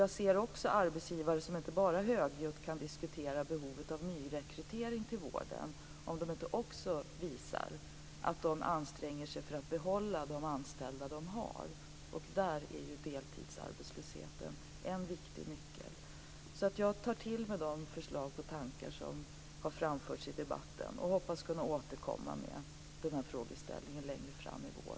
Jag anser att arbetsgivare inte bara högljutt kan diskutera behovet av nyrekrytering till vården om de inte också visar att de anstränger sig för att behålla de anställda som de har. Där är deltidsarbetslösheten en viktig nyckel. Jag tar till mig de förslag och tankar som framförts i debatten och hoppas kunna återkomma till denna fråga längre fram i vår.